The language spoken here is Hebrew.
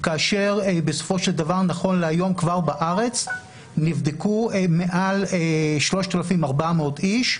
כאשר בסופו של דבר נכון להיום כבר בארץ נבדקו מעל 3,400 איש.